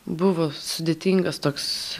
buvo sudėtingas toks